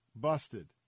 busted